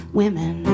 women